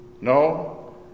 no